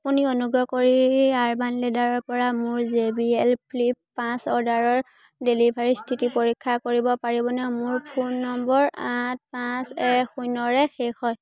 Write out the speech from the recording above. আপুনি অনুগ্ৰহ কৰি আৰ্বান লেডাৰৰপৰা মোৰ জে বি এল ফ্লিপ পাঁচ অৰ্ডাৰৰ ডেলিভাৰীৰ স্থিতি পৰীক্ষা কৰিব পাৰিবনে মোৰ ফোন নম্বৰ আঠ পাঁচ এক শূন্যৰে শেষ হয়